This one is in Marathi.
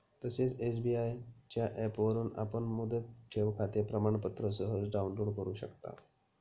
तसेच एस.बी.आय च्या ऍपवरून आपण मुदत ठेवखाते प्रमाणपत्र सहज डाउनलोड करु शकता